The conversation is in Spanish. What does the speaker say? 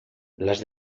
las